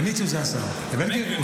למי הציעו סגן שר, לבן גביר?